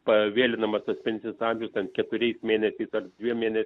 pavėlinama tupintį taikant keturi mėnesiai tad žiemienė